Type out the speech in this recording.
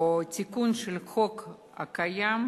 או תיקון של החוק הקיים,